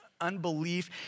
unbelief